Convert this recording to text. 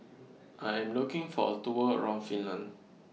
I Am looking For A Tour around Finland